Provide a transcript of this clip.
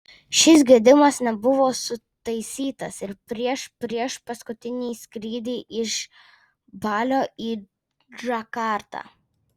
šis gedimas nebuvo sutaisytas ir prieš priešpaskutinį skrydį iš balio į džakartą